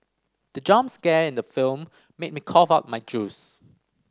the jump scare in the film made me cough out my juice